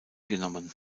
genommen